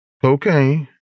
cocaine